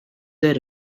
the